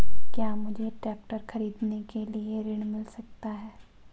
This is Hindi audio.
क्या मुझे ट्रैक्टर खरीदने के लिए ऋण मिल सकता है?